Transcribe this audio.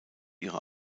ihre